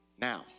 now